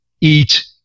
eat